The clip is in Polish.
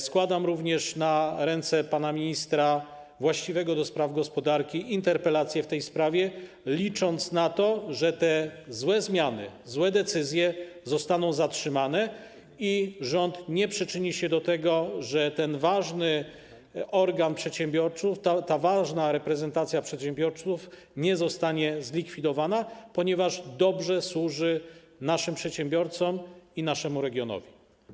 Składam również na ręce pana ministra właściwego do spraw gospodarki interpelację w tej sprawie, licząc na to, że te złe zmiany, złe decyzje zostaną zatrzymane i rząd nie przyczyni się do tego, że ten ważny organ przedsiębiorców, ta ważna reprezentacja przedsiębiorców zostanie zlikwidowana, ponieważ dobrze służy ona naszym przedsiębiorcom i naszemu regionowi.